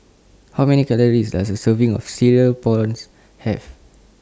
How Many Calories Does A Serving of Cereal Prawns Have